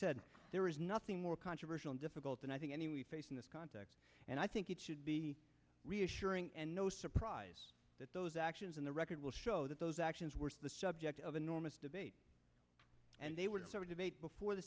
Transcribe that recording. said there is nothing more controversial difficult than i think any we face in this context and i think it should be reassuring and no surprise that those actions in the record will show that those actions were the subject of enormous debate and they would sort of debate before the